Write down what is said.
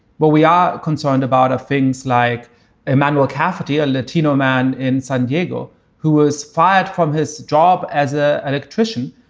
but we are concerned about things like emmanuel cafardi, a latino man in san diego who was fired from his job as ah an actress. and